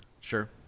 Sure